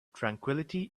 tranquillity